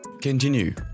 Continue